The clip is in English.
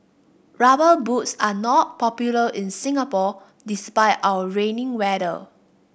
rubber boots are not popular in Singapore despite our rainy weather